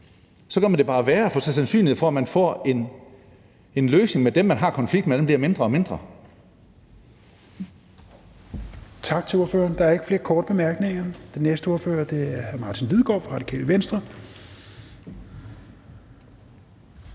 så gør man det bare værre. For sandsynligheden for, at man får en løsning med dem, man har konflikten med, bliver mindre og mindre.